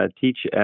teach